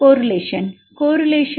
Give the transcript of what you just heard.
correlation correlation